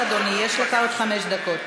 בבקשה, אדוני, יש לך עוד חמש דקות.